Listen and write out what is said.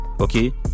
Okay